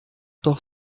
doch